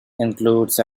includes